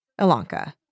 Ilanka